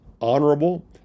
honorable